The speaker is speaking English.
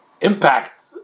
impact